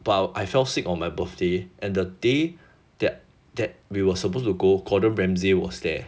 but I fell sick on my birthday and the day that that we were supposed to go gordon ramsay was there